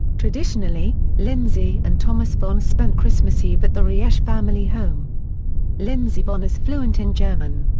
traditionally, lindsey and thomas vonn spent christmas eve at the riesch family home lindsey vonn is fluent in german.